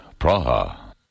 Praha